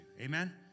Amen